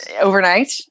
overnight